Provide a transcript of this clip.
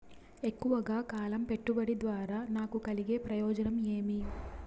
ఎక్కువగా కాలం పెట్టుబడి ద్వారా నాకు కలిగే ప్రయోజనం ఏమి?